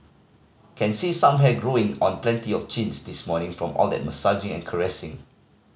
can see some hair growing on plenty of chins this morning from all that massaging and caressing